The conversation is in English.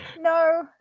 no